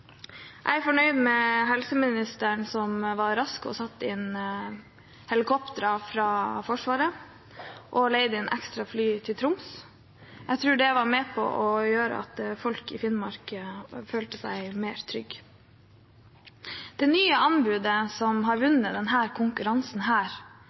Jeg er fornøyd med at helseministeren var rask og satte inn helikoptre fra Forsvaret og leide inn ekstra fly til Troms. Jeg tror det var med på å gjøre at folk i Finnmark følte seg mer trygge. Det nye anbudet, som har